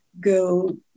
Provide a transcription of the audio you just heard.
go